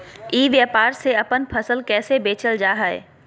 ई व्यापार से अपन फसल कैसे बेचल जा हाय?